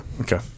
Okay